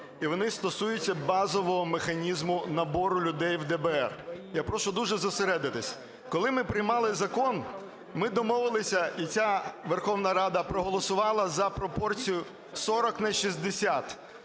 і вони стосуються базового механізму набору людей в ДБР. Я прошу дуже зосередитись. Коли ми приймали закон, ми домовилися, і ця Верховна Рада проголосувала за пропорцію 40 на 60.